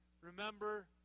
Remember